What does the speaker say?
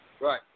Right